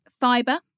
Fiber